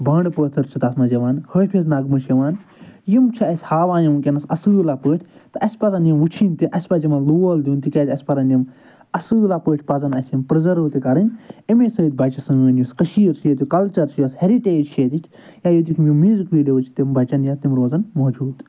بانٛڈٕ پٲتھٕر چھِ تَتھ منٛز یِوان حٲفِظ نغمہٕ چھِ یِوان یِم چھِ اَسہِ ہاوان یِم وٕںۍکٮ۪نَس اَصۭلَہ پٲٹھۍ تہٕ اَسہِ پَزَن یِم وٕچھِنۍ تہِ اَسہِ پَزِ یِمَن لول دیُن تِکیٛازِ اَسہِ پَرَن یِم اَصۭلَہ پٲٹھۍ پَزَن اَسہِ یِم پِرٛزٲرٕو تہِ کَرٕنۍ اَمی سۭتۍ بَچہٕ سٲنۍ یُس کٔشیٖر چھِ ییٚتیُک کَلچَر چھِ یۄس ہٮ۪رِٹیج چھِ ییٚتِچ یا ییٚتیُک میوٗزِک ویٖڈیوٕز چھِ تِم بَچَن یا تِم روزَن موجوٗد